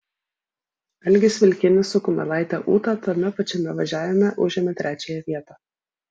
algis vilkinis su kumelaite ūta tame pačiame važiavime užėmė trečiąją vietą